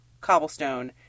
cobblestone